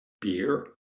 beer